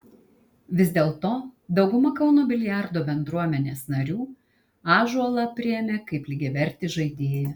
vis dėlto dauguma kauno biliardo bendruomenės narių ąžuolą priėmė kaip lygiavertį žaidėją